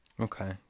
Okay